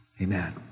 amen